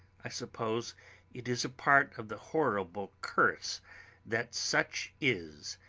i suppose it is a part of the horrible curse that such is,